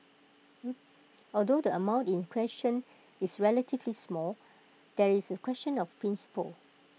although the amount in question is relatively small there is A question of principle